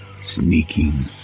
sneaking